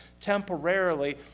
temporarily